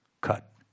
cut